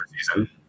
season